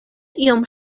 iom